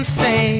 say